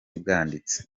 bwanditse